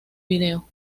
video